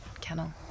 kennel